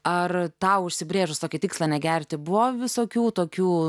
ar tau užsibrėžus tokį tikslą negerti buvo visokių tokių